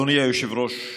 אדוני היושב-ראש,